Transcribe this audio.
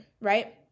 right